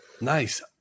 Nice